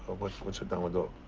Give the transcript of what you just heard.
ah what's what's a downward dog?